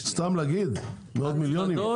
סתם להגיד מאות מיליונים?